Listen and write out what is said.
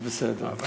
זה בסדר.